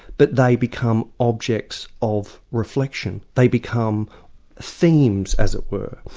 but they become objects of reflection, they become themes, as it were.